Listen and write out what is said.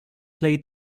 play